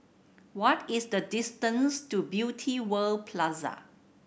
what is the distance to Beauty World Plaza